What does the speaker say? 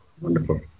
Wonderful